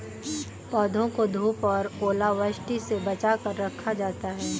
पौधों को धूप और ओलावृष्टि से बचा कर रखा जाता है